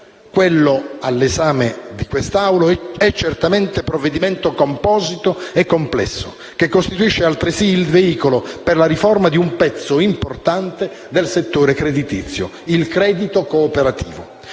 Quello all'esame dell'Assemblea è certamente un provvedimento composito e complesso, che costituisce altresì il veicolo per la riforma di un pezzo importante del settore creditizio: il credito cooperativo.